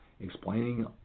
explaining